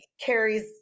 carries